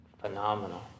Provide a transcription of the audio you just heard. Phenomenal